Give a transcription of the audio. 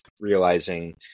realizing